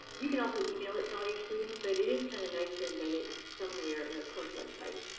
you can also email it to all your students, but it is kind of nice to embed it somewhere in a course website.